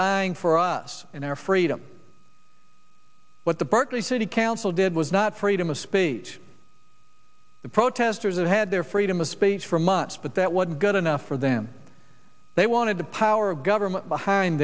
dying for us and our freedom what the berkeley city council did was not freedom of speech the protestors that had their freedom of speech for months but that wasn't good enough for them they wanted the power of government behind